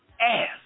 ass